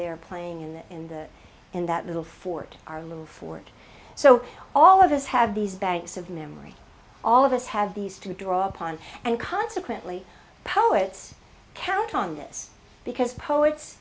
there playing in the in the in that little ford our little ford so all of us have these banks of memory all of us have these to draw upon and consequently poets count on this because poets